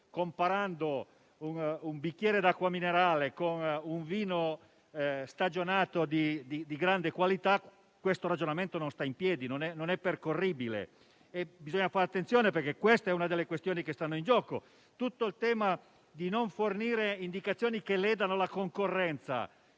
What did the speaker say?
comparando un bicchiere d'acqua minerale con un vino stagionato di grande qualità, questo ragionamento non sta in piedi e non è percorribile. Bisogna fare attenzione perché questo è uno dei temi in gioco. C'è poi tutta la questione di non fornire indicazioni che ledano la concorrenza: